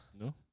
No